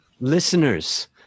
listeners